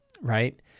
right